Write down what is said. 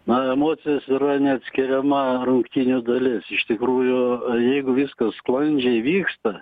na emocijos yra neatskiriama rungtynių dalis iš tikrųjų jeigu viskas sklandžiai vyksta